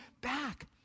back